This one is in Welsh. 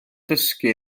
dysgu